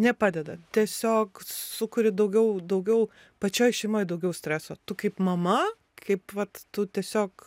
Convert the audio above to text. nepadeda tiesiog sukuri daugiau daugiau pačioj šeimoj daugiau streso tu kaip mama kaip vat tu tiesiog